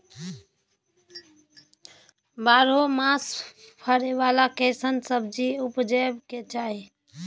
बारहो मास फरै बाला कैसन सब्जी उपजैब के चाही?